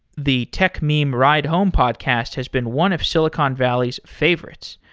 the techmeme ride home podcast has been one of silicon valley's favorites.